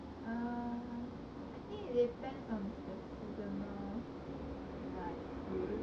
err I think it depends on the seasonal like fruits